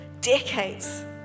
decades